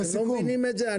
אתם לא מבינים את זה?